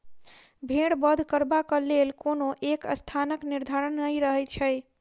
भेंड़ बध करबाक लेल कोनो एक स्थानक निर्धारण नै रहैत छै